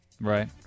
Right